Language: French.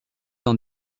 dans